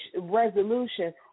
resolution